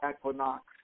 equinox